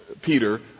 Peter